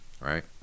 Right